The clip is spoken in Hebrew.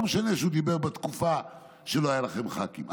לא משנה שהוא דיבר בתקופה שלא היו לכם ח"כים.